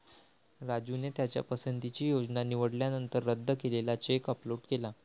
राजूने त्याच्या पसंतीची योजना निवडल्यानंतर रद्द केलेला चेक अपलोड केला